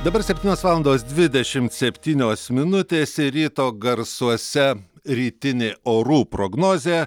dabar septynios valandos dvidešimt septynios minutės ir ryto garsuose rytinė orų prognozė